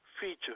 feature